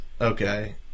okay